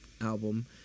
album